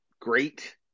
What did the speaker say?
great